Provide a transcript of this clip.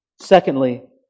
Secondly